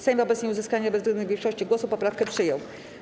Sejm wobec nieuzyskania bezwzględnej większości głosów poprawkę przyjął.